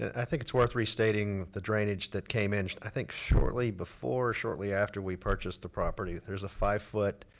i think it's worth restating the drainage that came in, i think shortly before or shortly after we purchased the property. there's a five foot,